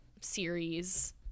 series